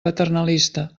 paternalista